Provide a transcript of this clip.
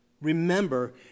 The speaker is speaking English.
Remember